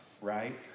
right